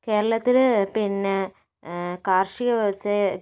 കേരളത്തിലെ പിന്നെ കാർഷിക വ്യവസായ